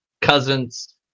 cousins